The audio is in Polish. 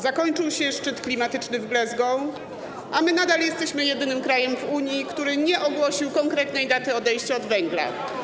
Zakończył się szczyt klimatyczny w Glasgow, a my nadal jesteśmy jedynym krajem w Unii, który nie ogłosił konkretnej daty odejścia od węgla.